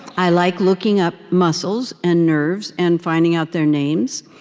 i like looking up muscles and nerves and finding out their names.